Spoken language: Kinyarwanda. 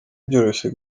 byoroshye